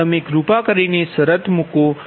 તમે કૃપા કરીને આ શરત મૂકો કે ik ikik